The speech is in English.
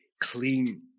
clean